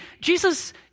Jesus